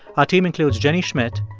our team includes jenny schmidt,